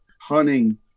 hunting